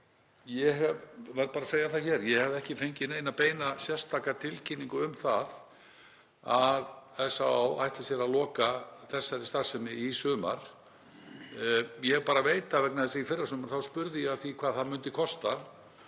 Ég verð bara að segja það hér að ég hef ekki fengið neina beina eða sérstaka tilkynningu um það að SÁÁ ætli sér að loka þessari starfsemi í sumar. Ég veit það bara vegna þess að í fyrrasumar spurði ég að því hvað það myndi kosta